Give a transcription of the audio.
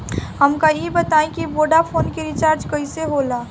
हमका ई बताई कि वोडाफोन के रिचार्ज कईसे होला?